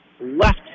left